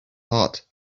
heart